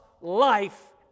life